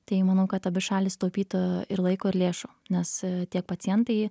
tai manau kad abi šalys sutaupytų ir laiko ir lėšų nes tiek pacientai